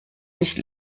nicht